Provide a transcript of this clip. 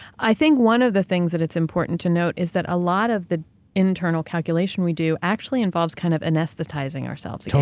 i think one of the things that it's important to note is that a lot of the internal calculation we do actually involves kind of anesthetizing ourselves. so